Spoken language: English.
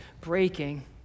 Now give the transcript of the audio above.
breaking